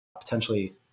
potentially